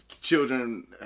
children